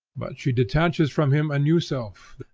but she detaches from him a new self,